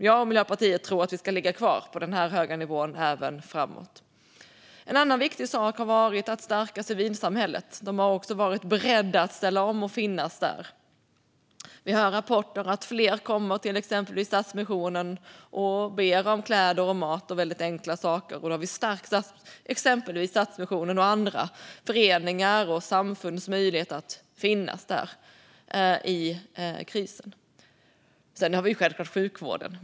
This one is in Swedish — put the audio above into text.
Jag och Miljöpartiet tror att vi ska ligga kvar på den här höga nivån även framåt. En annan viktig sak har varit att stärka civilsamhället. Där har man också varit beredd att ställa om och finnas där. Vi hör rapporter om att fler kommer till exempel till Stadsmissionen och ber om kläder, mat och väldigt enkla saker. Då har vi stärkt exempelvis Stadsmissionens och andra föreningars och samfunds möjlighet att finnas där i krisen. Sedan har vi självklart sjukvården.